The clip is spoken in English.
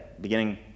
Beginning